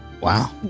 Wow